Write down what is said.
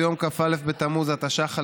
ביום כ"א בתמוז התשע"ח,